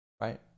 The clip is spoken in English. right